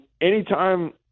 anytime